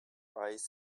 eyes